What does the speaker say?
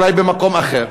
אולי במקום אחר.